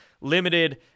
limited